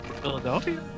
Philadelphia